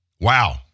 Wow